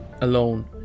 alone